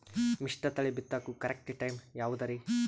ಮಿಶ್ರತಳಿ ಬಿತ್ತಕು correct time ಯಾವುದರಿ?